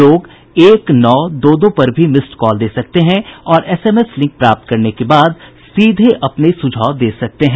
लोग एक नौ दो दो पर भी मिस्ड कॉल दे सकते हैं और एस एम एस लिंक प्राप्त करने के बाद सीधे अपने सुझाव दे सकते हैं